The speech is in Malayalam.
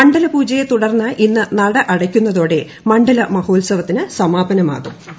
മണ്ഡലപൂജയെ തുടർന്റ് ഈന്ന് നട അടക്കുന്നതോടെ മണ്ഡല മഹോത്സവത്തിന് സമാപനമാകുട്